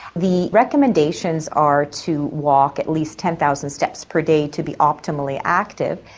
the recommendations are to walk at least ten thousand steps per day to be optimally active.